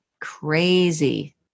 Crazy